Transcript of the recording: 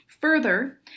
Further